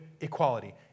equality